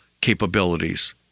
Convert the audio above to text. capabilities